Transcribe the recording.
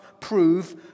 prove